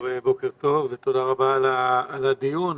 בוקר טוב ותודה רבה על הדיון.